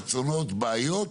רצונות, בעיות,